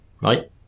right